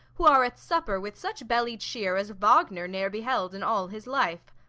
who are at supper with such belly-cheer as wagner ne'er beheld in all his life.